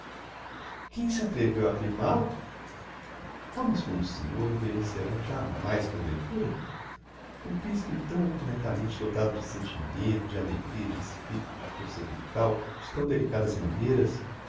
quem se atreveu a afirmál o homens como o senhor envelhecerão jámais porventura o principe tão opulentamente dotado de sentimento de alegria de espirito de força vital de tão delicadas maneiras